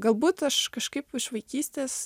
ir galbūt aš kažkaip iš vaikystės